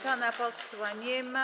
Pana posła nie ma.